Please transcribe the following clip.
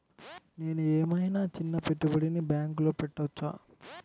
నేను ఏమయినా చిన్న పెట్టుబడిని బ్యాంక్లో పెట్టచ్చా?